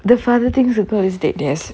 the father thinks the girl is dead yes and